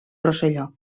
rosselló